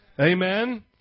Amen